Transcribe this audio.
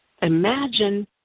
Imagine